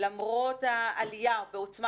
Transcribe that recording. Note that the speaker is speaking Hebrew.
יהודים